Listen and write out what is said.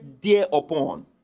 thereupon